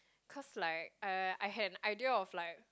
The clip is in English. because like uh I had an idea of like